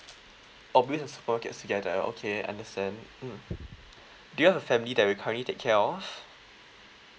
orh bills with the supermarkets together okay understand mm do you have a family that you currently take care of